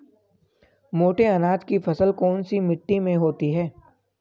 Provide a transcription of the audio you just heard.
मोटे अनाज की फसल कौन सी मिट्टी में होती है?